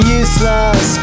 useless